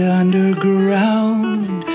underground